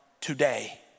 today